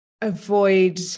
avoid